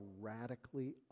radically